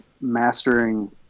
mastering